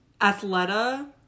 Athleta